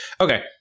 okay